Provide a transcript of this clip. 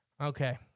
Okay